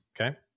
Okay